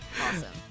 Awesome